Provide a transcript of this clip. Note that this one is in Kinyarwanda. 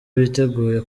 biteguye